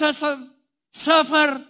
suffer